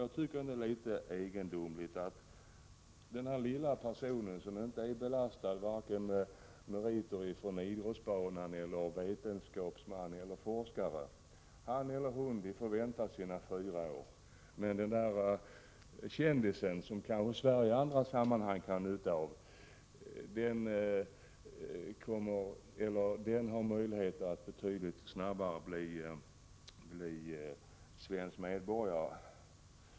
Jag tycker att det är litet egendomligt att den lilla personen, som varken har meriter från idrottsbanan eller är vetenskapsman eller forskare, får vänta sina fyra år, medan kändisen, som kanske Sverige i andra sammanhang kan ha nytta av, har möjlighet att betydligt snabbare bli svensk medborgare.